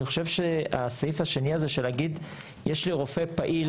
אני חושב שהסעיף השני הזה של להגיד שיש לי רופא פעיל